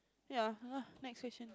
yeah [huh] next question